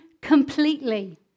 completely